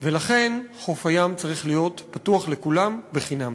ולכן חוף הים צריך להיות פתוח לכולם בחינם.